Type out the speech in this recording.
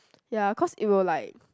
ya cause it will like